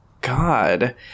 God